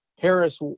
Harris